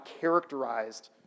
characterized